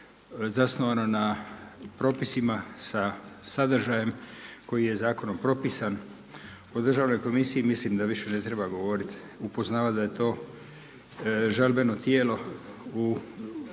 zasnovano na propisima sa sadržajem koji je zakonom propisan u Državnoj komisiji. Mislim da više ne treba govorit, upoznavat da je to žalbeno tijelo u